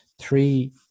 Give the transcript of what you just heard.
three